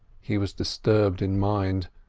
he was disturbed in mind,